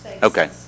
Okay